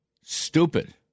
Stupid